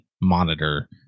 monitor